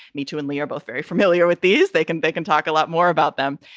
me too. and we're both very familiar with these. they can they can talk a lot more about them.